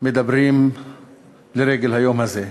מדברים לרגל היום הזה,